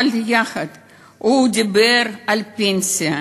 אבל יחד עם זה הוא דיבר על פנסיה.